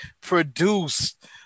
produced